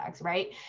right